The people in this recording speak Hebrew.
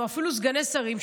או אפילו סגני שרים,